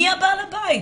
מי בעל הבית?